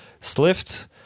Slift